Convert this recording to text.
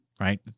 Right